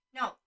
No